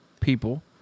people